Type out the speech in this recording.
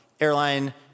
airline